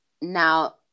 Now